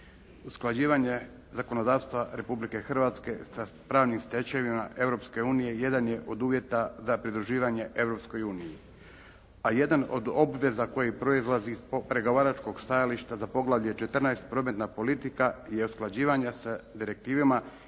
Usklađivanje zakonodavstva Republike Hrvatske sa pravnim stečevinama Europske unije jedan je od uvjeta za pridruživanje Europskoj uniji a jedna od obveza koja proizlazi iz pregovaračkog stajališta za poglavlje 14 – Prometna politika i usklađivanja sa direktivama iz